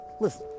listen